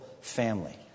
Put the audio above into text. family